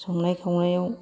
संनाय खावनायाव